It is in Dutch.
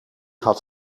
had